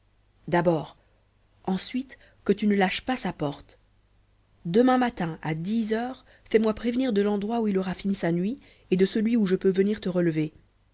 d'abord ensuite que tu ne lâches pas sa porte demain matin à dix heures fais-moi prévenir de l'endroit où il aura fini sa nuit et de celui où je peux venir te relever